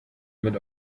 mit